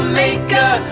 maker